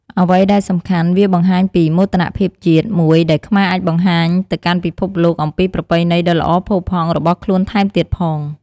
អ្វីដែលសំខាន់ វាបង្ហាញពី មោទនភាពជាតិ មួយដែលខ្មែរអាចបង្ហាញទៅកាន់ពិភពលោកអំពីប្រពៃណីដ៏ល្អផូរផង់របស់ខ្លួនថែមទៀតផង។